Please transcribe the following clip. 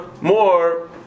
more